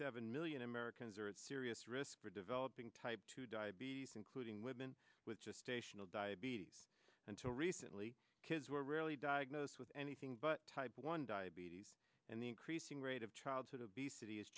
seven mil and americans are at serious risk for developing type two diabetes including women with just station of diabetes until recently kids were really diagnosed with anything but type one diabetes and the increasing rate of childhood obesity is